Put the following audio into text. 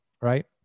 right